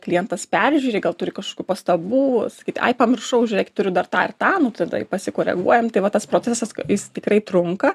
klientas peržiūri gal turi kažkokių pastabų sakyt ai pamiršau žiūrėkit turiu dar tą ir tą tada i pasikoreguojam tai va tas procesas jis tikrai trunka